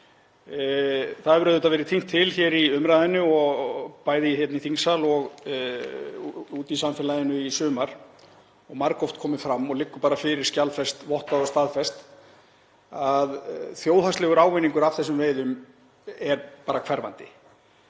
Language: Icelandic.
Það hefur auðvitað verið tínt til hér í umræðunni, bæði í þingsal og úti í samfélaginu í sumar og margoft komið fram og liggur fyrir skjalfest, vottað og staðfest, að þjóðhagslegur ávinningur af þessum veiðum er bara hverfandi.